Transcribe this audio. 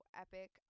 epic